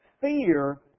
Fear